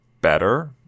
better